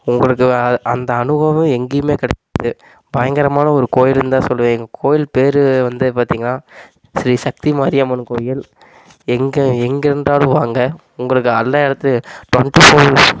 உங்களுக்கு அதை அந்த அனுபவம் எங்கேயுமே கிடைக்காது பயங்கரமான ஒரு கோயிலுந்தான் சொல்லுவேன் எங்கள் கோயில் பேர் வந்து பார்த்திங்கனா ஸ்ரீ சக்தி மாரியம்மன் கோயில் எங்கே எங்கிருந்தாலும் வாங்க உங்களுக்கு எல்லா இடத்து டுவென்டி ஃபோர்